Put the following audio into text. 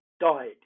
died